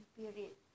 period